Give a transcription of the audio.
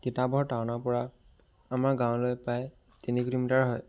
তিতাবৰ টাউনৰপৰা আমাৰ গাঁৱলৈ প্ৰায় তিনি কিলোমিটাৰ হয়